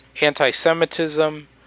anti-Semitism